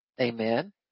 Amen